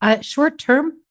Short-term